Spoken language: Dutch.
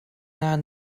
naar